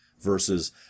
versus